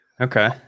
okay